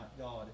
God